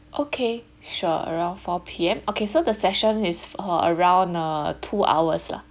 okay sure around four P_M okay so the session his uh around uh two hours lah